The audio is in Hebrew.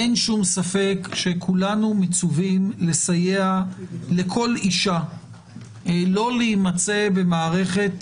שכולנו מצווים לסייע לכל אישה לא להימצא במערכת